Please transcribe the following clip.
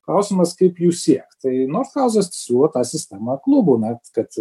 klausimas kaip jų siekt tai northauzas siūlo tą sistemą klubų na kad